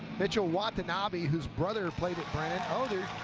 but yeah watanabe, whose brother played ah they